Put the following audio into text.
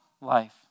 life